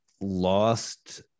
lost